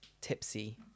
Tipsy